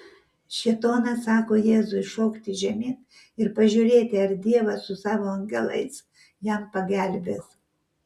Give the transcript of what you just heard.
šėtonas sako jėzui šokti žemyn ir pažiūrėti ar dievas su savo angelais jam pagelbės